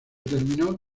terminó